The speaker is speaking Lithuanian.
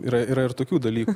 yra yra ir tokių dalykų